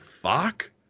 Fuck